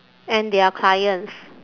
and their clients